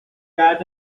that